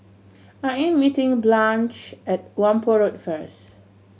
I am meeting Blanche at Whampoa Road first